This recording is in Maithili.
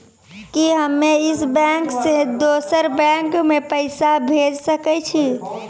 कि हम्मे इस बैंक सें दोसर बैंक मे पैसा भेज सकै छी?